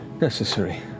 necessary